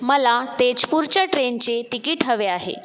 मला तेजपूरच्या ट्रेनचे तिकीट हवे आहे